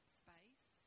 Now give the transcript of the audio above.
space